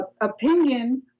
Opinion